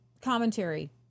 commentary